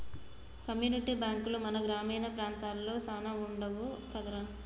community బాంకులు మన గ్రామీణ ప్రాంతాలలో సాన వుండవు కదరా